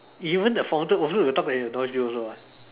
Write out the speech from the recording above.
even the fountain also will talks and annoys you also lah